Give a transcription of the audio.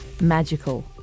magical